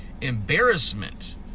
embarrassment